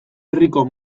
herriko